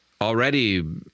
already